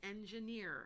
engineer